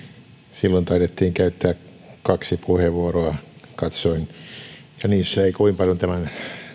silloin taidettiin käyttää kaksi puheenvuoroa katsoin ja niissä ei kovin paljon tämän